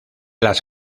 las